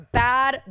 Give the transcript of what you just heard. bad